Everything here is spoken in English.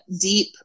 deep